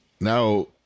Now